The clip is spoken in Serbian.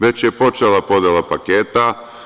Već je počela podela paketa.